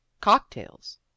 cocktails